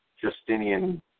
Justinian